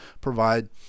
provide